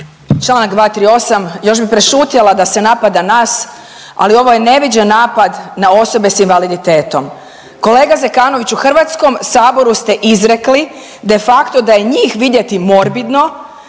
Čl. 238. još bih prešutjela da se napada nas, ali ovo je neviđen napad na osobe s invaliditetom. Kolega Zekanović u HS-u ste izrekli de facto da je njih vidjeti morbidno